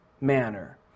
manner